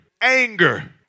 anger